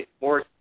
more